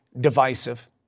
divisive